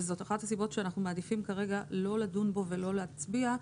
וזאת אחת הסיבות שאנחנו מעדיפים כרגע לא לדון בו ולא להצביע,